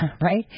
Right